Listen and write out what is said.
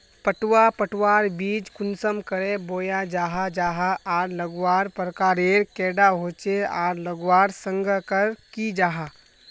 पटवा पटवार बीज कुंसम करे बोया जाहा जाहा आर लगवार प्रकारेर कैडा होचे आर लगवार संगकर की जाहा?